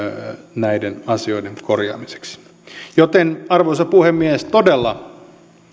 näiden asioiden korjaamiseksi joten arvoisa puhemies todella